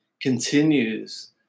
continues